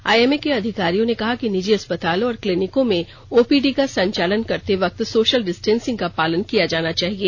IMA के अधिकारियों ने कहा कि निजी अस्पतालों और क्लिनीकों में ओपीडी का संचालन करते वक्त सोषल डिस्टेंसिंग का पालन किया जाना चाहिए